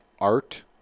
art